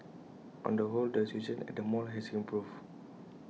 on the whole the situation at the mall has improved